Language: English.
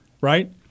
Right